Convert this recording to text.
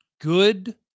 good